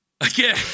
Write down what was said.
again